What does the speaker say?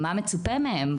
מה מצופה מהן,